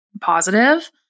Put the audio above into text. positive